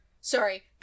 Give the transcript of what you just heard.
Sorry